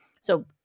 so-